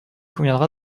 conviendra